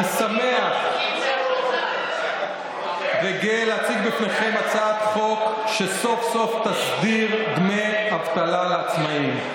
אני שמח וגאה להציג בפניכם הצעת חוק שסוף-סוף תסדיר דמי אבטלה לעצמאים.